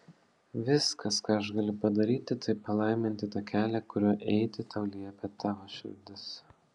viskas ką aš galiu padaryti tai palaiminti tą kelią kuriuo eiti tau liepia tavo širdis